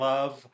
Love